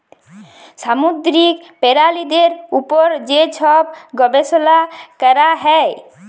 সামুদ্দিরিক পেরালিদের উপর যে ছব গবেষলা ক্যরা হ্যয়